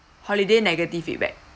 holiday negative feedback